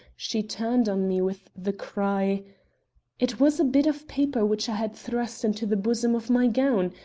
she turned on me with the cry it was a bit of paper which i had thrust into the bosom of my gown.